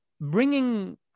bringing